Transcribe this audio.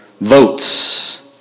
votes